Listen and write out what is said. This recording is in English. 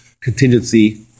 contingency